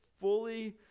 fully